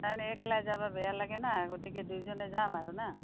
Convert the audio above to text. তাৰমানে একলাই যাবা বেয়া লাগে না গতিকে দুইজনে যাম আৰু না